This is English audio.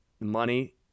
money